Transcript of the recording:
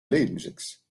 leidmiseks